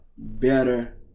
Better